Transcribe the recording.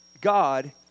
God